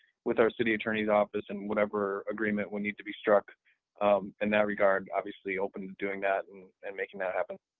with our city attorney's office and whatever agreement would need to be struck in that regard, obviously open to doing that, and and making that happen.